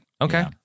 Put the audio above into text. Okay